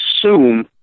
assume